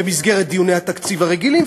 במסגרת דיוני התקציב הרגילים,